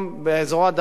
באזור הדרום,